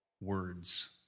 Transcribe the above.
words